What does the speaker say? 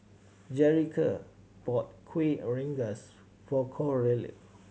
Jerrica bought Kueh Rengas for Coralie